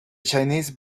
chinese